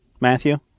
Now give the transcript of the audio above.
Matthew